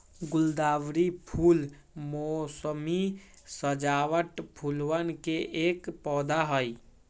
गुलदावरी फूल मोसमी सजावट फूलवन के एक पौधा हई